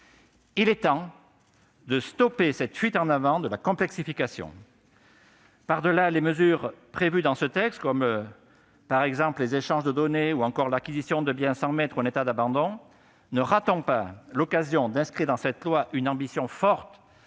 Il est temps de stopper cette fuite en avant de la complexification. Au-delà des mesures prévues dans ce texte, comme les échanges de données ou encore l'acquisition des biens sans maître ou en état d'abandon, ne ratons pas l'occasion d'inscrire dans notre droit une ambition forte